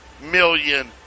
million